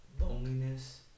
loneliness